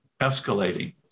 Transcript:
escalating